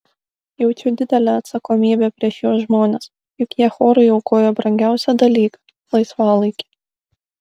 jaučiu didelę atsakomybę prieš šiuos žmones juk jie chorui aukoja brangiausią dalyką laisvalaikį